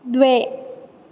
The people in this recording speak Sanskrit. द्वे